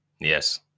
Yes